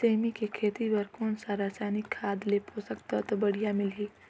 सेमी के खेती बार कोन सा रसायनिक खाद ले पोषक तत्व बढ़िया मिलही?